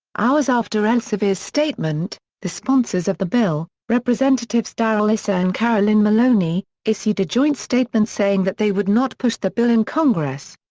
hours after elsevier's statement, the sponsors of the bill, representatives darrell issa and carolyn maloney, issued a joint statement saying that they would not push the bill in congress.